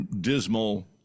dismal